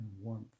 warmth